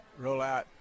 rollout